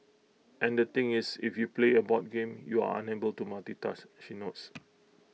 and the thing is if you play A board game you are unable to multitask she notes